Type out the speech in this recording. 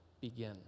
begin